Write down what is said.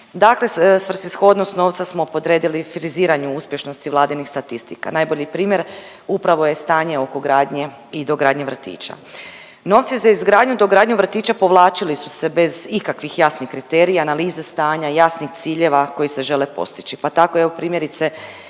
Dakle, svrsishodnost novca smo podredili friziranju uspješnosti Vladinih statistika. Najbolji primjer upravo je stanje oko gradnje i dogradnje vrtića. Novci za izgradnju i dogradnju vrtića povlačili su se bez ikakvih jasnih kriterija, analize stanja i jasnih ciljeva koji se žele postići. Pa tako evo, primjerice